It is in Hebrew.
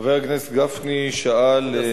חבר הכנסת גפני שאל,